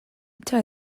hitza